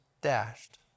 dashed